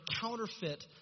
counterfeit